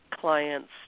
clients